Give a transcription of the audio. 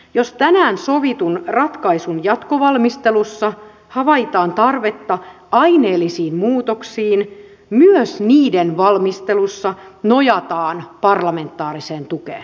jos tänään sovitun ratkaisun jatkovalmistelussa havaitaan tarvetta aineellisiin muutoksiin myös niiden valmistelussa nojataan parlamentaariseen tukeen